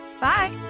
Bye